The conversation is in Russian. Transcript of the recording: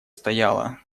стояла